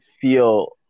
feel